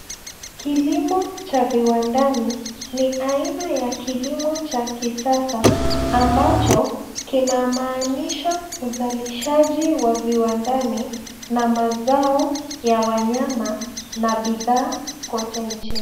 Kilimo cha viwandani ni aina ya kilimo cha kisasa ambacho kinamaanisha uzalishaji wa viwandani na mazao ya wanyama na bidhaa kote nchini.